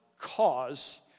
cause